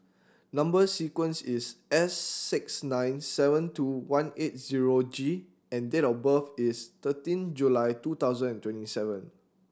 number sequence is S six nine seven two one eight zero G and date of birth is thirteen July two thousand and twenty seven